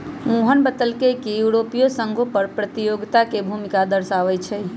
मोहन बतलकई कि यूरोपीय संघो कर प्रतियोगिता के भूमिका दर्शावाई छई